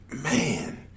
man